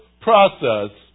process